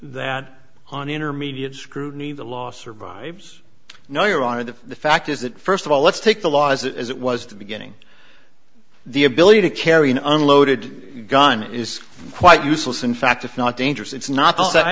that on intermediate scrutiny the law survives know you are the fact is that first of all let's take the law as it was the beginning the ability to carry an unloaded gun is quite useless in fact if not dangerous it's not that i